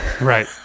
right